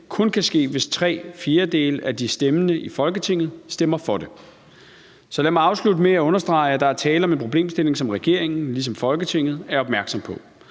kun kan ske, hvis tre fjerdedele af de stemmende i Folketinget stemmer for det. Så lad mig afslutte med at understrege, at der er tale om en problemstilling, som regeringen ligesom Folketinget er opmærksom på,